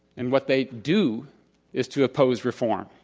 and what they do is to oppose reform.